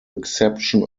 exception